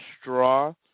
straw